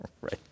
Right